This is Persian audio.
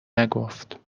نگفت